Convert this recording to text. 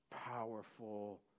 powerful